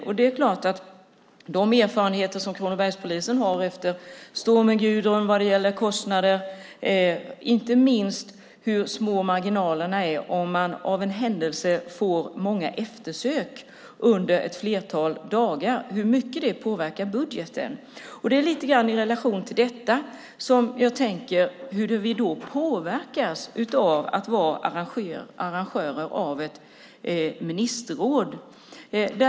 Kronobergspolisen har erfarenheter efter stormen Gudrun vad gäller kostnader och inte minst av hur små marginalerna är om man av en händelse får många eftersök under ett flertal dagar och hur mycket det påverkar budgeten. Det är lite grann i relation till detta som jag tänker på hur vi påverkas av att vara arrangörer av ett ministerråd.